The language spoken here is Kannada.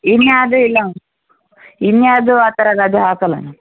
ಏನೇ ಆದರೂ ಇಲ್ಲ ಏನೇ ಆದರೂ ಆ ಥರ ರಜ ಹಾಕಲ್ಲ ಅವ್ನು